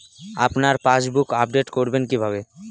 আপনার passbook update করবেন কিভাবে?